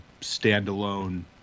standalone